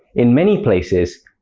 in many places,